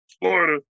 Florida